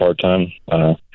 part-time